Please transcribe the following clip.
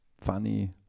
Funny